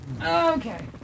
Okay